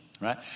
right